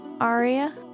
aria